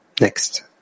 Next